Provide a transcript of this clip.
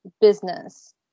business